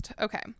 Okay